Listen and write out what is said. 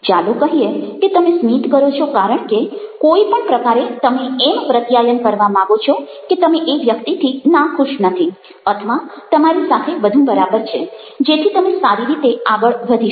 ચાલો કહીએ કે તમે સ્મિત કરો છો કારણ કે કોઈ પણ પ્રકારે તમે એમ પ્રત્યાયન કરવા માંગો છો કે તમે એ વ્યક્તિથી નાખુશ નથી અથવા તમારી સાથે બધું બરાબર છે જેથી તમે સારી રીતે આગળ વધી શકો